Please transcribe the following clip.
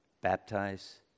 Baptize